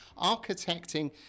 architecting